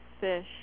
fish